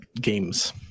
games